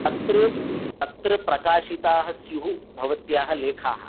अत्र अत्र प्रकाशिताः स्युः भवत्याः लेखाः